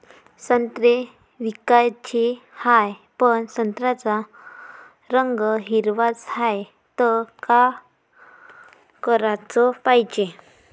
संत्रे विकाचे हाये, पन संत्र्याचा रंग हिरवाच हाये, त का कराच पायजे?